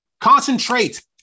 Concentrate